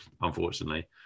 unfortunately